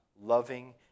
loving